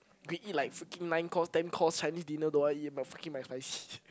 you can eat like freaking nine course ten course Chinese dinner don't want eat but freaking mcsspicy